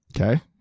Okay